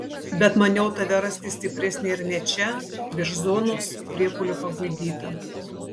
bet maniau tave rasti stipresnį ir ne čia virš zonos priepuolio paguldytą